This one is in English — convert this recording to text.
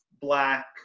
Black